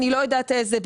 אני לא יודעת איזה,